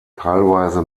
teilweise